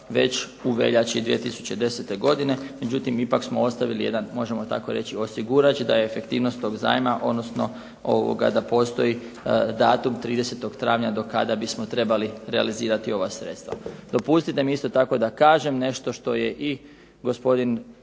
već u veljači 2010. godine. Međutim ipak smo ostavili jedan možemo tako reći osigurač da je efektivnost toga zajma odnosno da postoji datum 30. travnja do kada bismo trebali realizirati ova sredstva. Dopustite mi isto tako da kažem nešto što je i gospodin